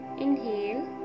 Inhale